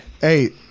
Hey